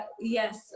yes